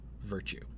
virtue